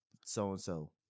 so-and-so